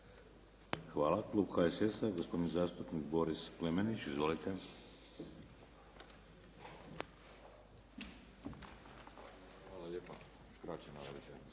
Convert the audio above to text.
Hvala. Klub HSS-a, gospodin zastupnik Boris Klemenić. Izvolite. **Klemenić,